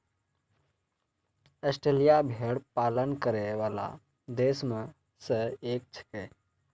Australia भेड़ पालन करै वाला देश म सें एक छिकै